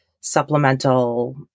supplemental